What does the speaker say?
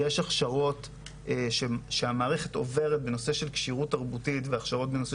יש הכשרות שהמערכת עוברת בנושא של כשירות תרבותית והכשרות בנושא